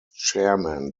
chairman